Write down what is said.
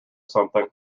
something